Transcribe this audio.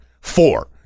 Four